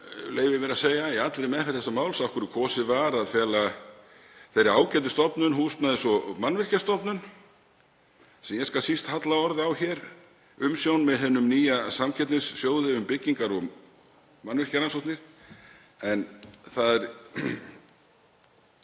leyfi ég mér að segja, í allri meðferð málsins af hverju kosið var að fela þeirri ágætu stofnun, Húsnæðis- og mannvirkjastofnun, sem ég skal síst halla orði á hér, umsjón með hinum nýja samkeppnissjóði um byggingar- og mannvirkjarannsóknir. Það er